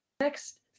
Next